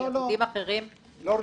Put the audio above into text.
לא ראשונה.